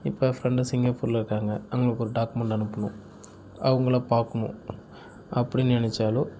இப்போ ஃப்ரெண்டு சிங்கப்பூரில் இருக்காங்க அவங்களுக்கு ஒரு டாக்குமெண்ட் அனுப்பணும் அவங்கள பார்க்கணும் அப்படின்னு நினச்சாலோ